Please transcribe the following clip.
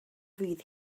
fydd